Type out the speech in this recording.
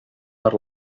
per